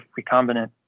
recombinant